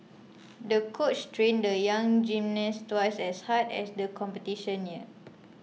the coach trained the young gymnast twice as hard as the competition neared